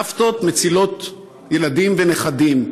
סבתות מצילות ילדים ונכדים,